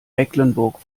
mecklenburg